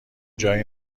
جای